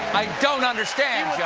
i don't understand,